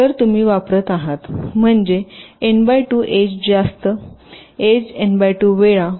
तर तुम्ही वापरत आहात म्हणजे एज जास्त कडा वेळा